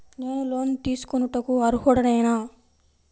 నేను లోన్ తీసుకొనుటకు అర్హుడనేన?